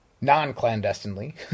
non-clandestinely